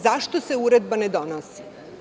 Zašto se uredba ne donosi?